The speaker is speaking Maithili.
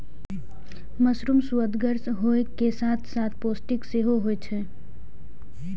मशरूम सुअदगर होइ के साथ साथ पौष्टिक सेहो होइ छै